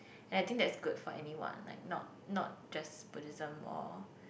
ya I think that's good for anyone like not not just Buddhism or